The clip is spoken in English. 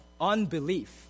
unbelief